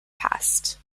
past